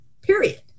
Period